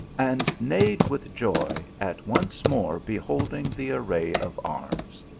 and neighed with joy at once more beholding the array of arms.